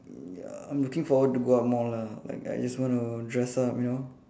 ya I'm looking forward to go out more lah like I just want to dress up you know